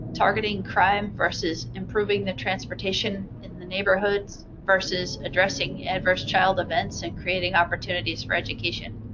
targeting crime versus improving the transportation in the neighborhoods versus addressing adverse child events and creating opportunities for education?